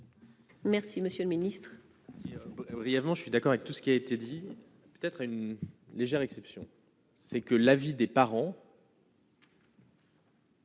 Merci, Monsieur le Ministre,